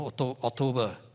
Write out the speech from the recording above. October